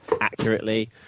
accurately